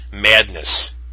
Madness